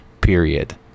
period